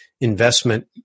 investment